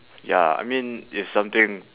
ya I mean if something